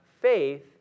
faith